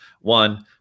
One